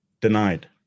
denied